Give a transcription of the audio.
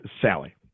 Sally